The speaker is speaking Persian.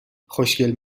خوشگل